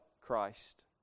Christ